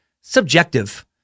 subjective